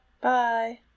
bye